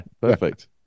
perfect